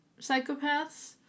psychopaths